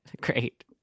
Great